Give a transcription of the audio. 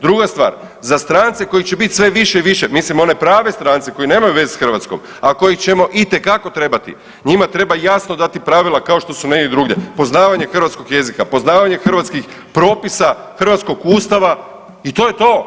Druga stvar, za strance kojih će biti sve više i više, mislim one prave strance koji nemaju veze s Hrvatskom, a koje ćemo itekako trebati, njima treba jasno dati pravila kao što su negdje drugdje, poznavanje hrvatskog jezika, poznavanje hrvatskih propisa, hrvatskog Ustava i to je to.